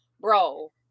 bro